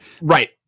right